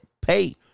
pay